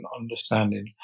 understanding